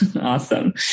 Awesome